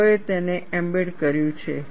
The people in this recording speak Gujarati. લોકોએ તેને એમ્બેડ કર્યું છે